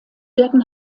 werden